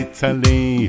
Italy